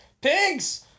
Pigs